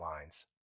lines